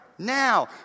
Now